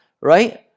right